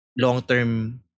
long-term